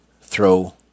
throw